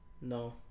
No